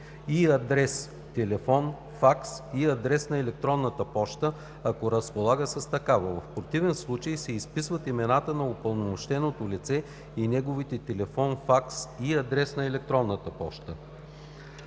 и адрес; телефон/факс и адрес на електронна поща, ако разполага с такива; в противен случай се изписват имената на упълномощеното лице и неговите телефон/факс и адрес на електронна поща;